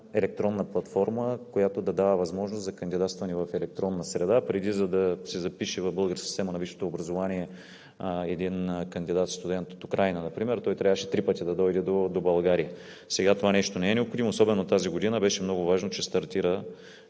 електронна платформа, която да дава възможност за кандидатстване в електронна среда. Преди, за да се запише в българската система на висшето образование, един кандидат-студент от Украйна например трябваше три пъти да дойде до България. Сега това нещо не е необходимо. Особено тази година беше много важно, че стартира